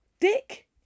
dick